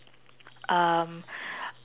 um